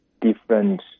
different